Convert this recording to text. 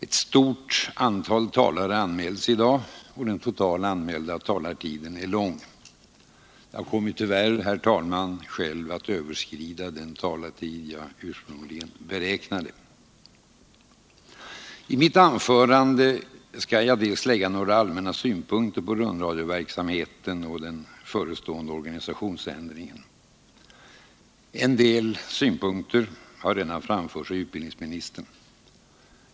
Ett stort antal talare har anmält sig i dag, och den totala anmälda talartiden är lång. Jag kommer tyvärr, herr talman, själv att överskrida den talartid jag ursprungligen beräknade. I mitt anförande skall jag bl.a. lägga några allmänna synpunkter på rundradioverksamheten och den förestående organisationsändringen. En del synpunkter har redan framförts av utbildningsministern.